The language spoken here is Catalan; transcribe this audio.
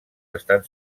estan